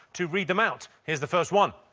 to read them out. here's the first one.